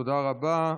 תודה רבה.